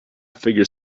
figure